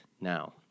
now